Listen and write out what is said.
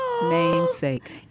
namesake